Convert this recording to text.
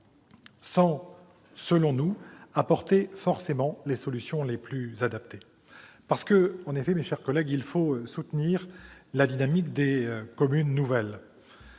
sans, selon nous, apporter forcément les solutions les plus adaptées. Mes chers collègues, il faut soutenir cette dynamique des communes nouvelles,